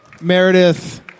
Meredith